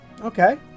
Okay